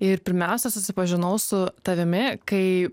ir pirmiausia susipažinau su tavimi kai